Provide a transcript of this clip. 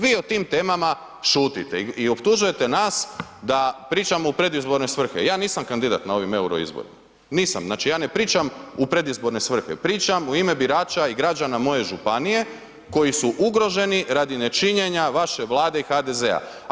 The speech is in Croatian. Vi o tim temama šutite i optužujete nas da pričamo u predizborne svrhe, ja nisam kandidat na ovim Euroizborima, nisam, znači, ja ne pričam u predizborne svrhe, pričam u ime birača i građana moje županije koji su ugroženi radi ne činjenja vaše Vlade i HDZ-a.